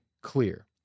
clear